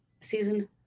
season